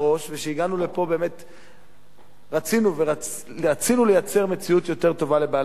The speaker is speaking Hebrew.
וכשהגענו לפה רצינו לייצר מציאות יותר טובה לבעלי-החיים.